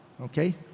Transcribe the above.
Okay